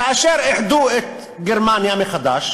כאשר איחדו את גרמניה מחדש